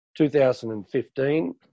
2015